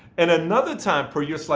and another time per year,